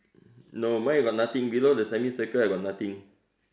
no mine got nothing below the semicircle I got nothing